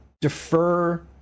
defer